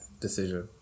decision